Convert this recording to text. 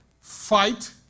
fight